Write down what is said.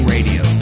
Radio